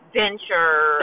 venture